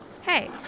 Hey